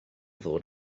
ddod